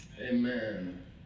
amen